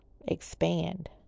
expand